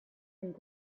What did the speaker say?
and